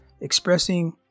expressing